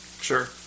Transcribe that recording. Sure